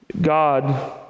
God